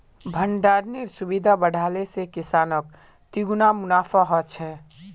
भण्डरानेर सुविधा बढ़ाले से किसानक तिगुना मुनाफा ह छे